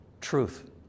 truth